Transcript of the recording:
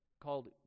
called